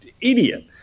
idiot